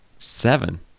Seven